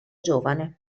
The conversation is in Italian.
giovane